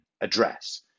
address